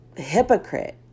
hypocrite